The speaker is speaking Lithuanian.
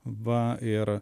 va ir